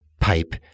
pipe